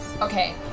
Okay